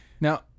Now